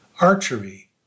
Archery